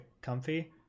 comfy